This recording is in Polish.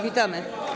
Witamy.